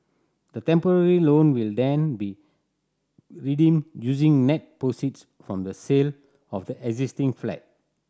the temporary loan will then be redeemed using net proceeds from the sale of the existing flat